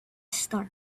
start